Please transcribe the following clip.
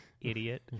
Idiot